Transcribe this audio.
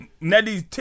Nelly's